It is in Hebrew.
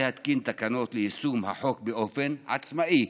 להתקין תקנות ליישום החוק באופן עצמאי,